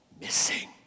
missing